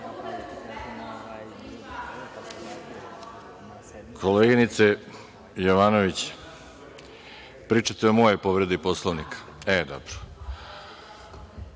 Koleginice Jovanović, pričate o mojoj povredi Poslovnika? E,